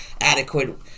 adequate